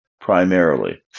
primarily